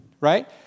right